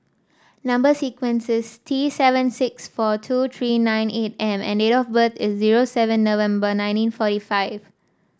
number sequence is T seven six four two three nine eight M and date of birth is zero seven November nineteen forty five